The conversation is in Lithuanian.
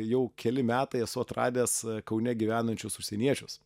jau keli metai esu atradęs kaune gyvenančius užsieniečius